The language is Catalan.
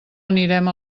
anirem